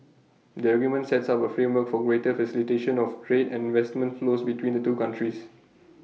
the agreement sets up A framework for greater facilitation of trade and investment flows between the two countries